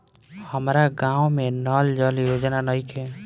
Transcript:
हमारा गाँव मे नल जल योजना नइखे?